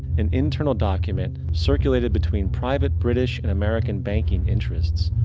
an internal document circulated between private british and american banking interests,